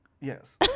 Yes